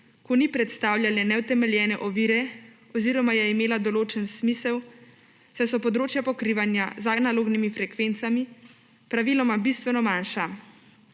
ko ni predstavljala neutemeljene ovire oziroma je imela določen smisel, saj so področja pokrivanja z analognimi frekvencami praviloma bistveno manjša.